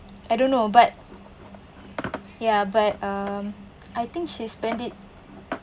I don't know but ya but um I think she spent it